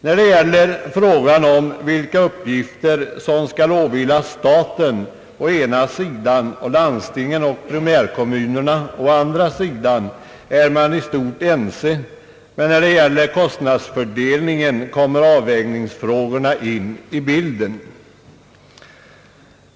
När det gäller frågan om vilka uppgifter som skall åvila staten å ena sidan och landstingen och pri märkommunerna å den andra sidan är man i stort sett ense, men när det gäller kostnadsfördelningen kommer avvägningsfrågorna in i bilden.